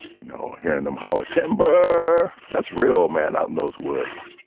you know, hearing them hollow timber. that's real man out in those woods.